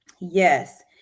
Yes